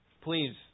please